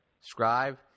Scribe